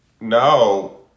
No